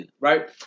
right